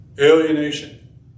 Alienation